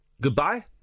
Goodbye